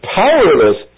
powerless